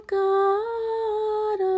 god